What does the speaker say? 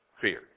fear